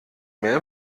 mehr